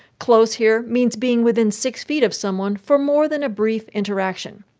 close here means being within six feet of someone for more than a brief interaction.